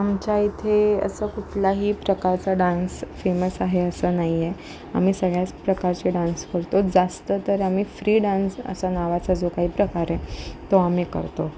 आमच्या इथे असं कुठलाही प्रकारचा डान्स फेमस आहे असं नाही आहे आम्ही सगळ्याच प्रकारचे डान्स करतो जास्त तर आम्ही फ्री डान्स असा नावाचा जो काही प्रकार आहे तो आम्ही करतो